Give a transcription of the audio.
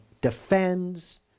defends